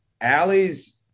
Allie's